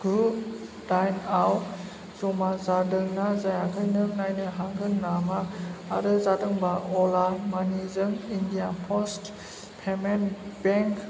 गु डाइनआव ज'मा जादों ना जायाखै नों नायनो हागोन नामा आरो जादोंबा अला मानिजों इण्डिया पस्ट पेमेन बेंक